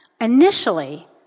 initially